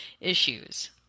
issues